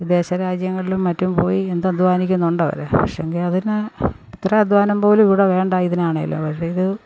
വിദേശ രാജ്യങ്ങളിലും മറ്റും പോയി എന്ത് അധ്വാനിക്കുന്നുണ്ടവര് പക്ഷെങ്കില് അതിന് അത്ര അധ്വാനം പോലും ഇവിടെ വേണ്ട പക്ഷെ ഇതിനാണേല്